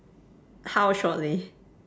how shortly